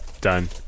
done